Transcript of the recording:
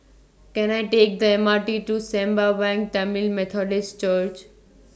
Can I Take The M R T to Sembawang Tamil Methodist Church